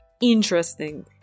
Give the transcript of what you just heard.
Interesting